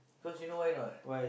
cause you know why not